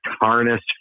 harness